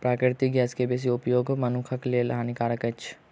प्राकृतिक गैस के बेसी उपयोग मनुखक लेल हानिकारक अछि